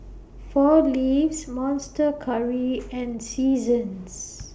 four Leaves Monster Curry and Seasons